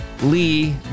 Lee